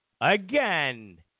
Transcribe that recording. Again